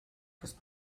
kas